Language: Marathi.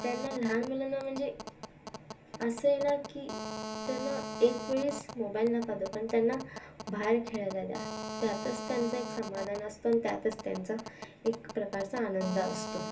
त्यांना लहान मुलांना म्हणजे असं आहे ना की त्यांना एकवेळेस मोबाईल नका देऊ पण त्यांना बाहेर खेळायला द्या त्यातच त्यांचं एक समाधान असतं न त्यातच त्यांचा एक प्रकारचा आनंद असतो